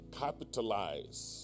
capitalize